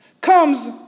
comes